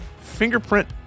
fingerprint